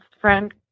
friend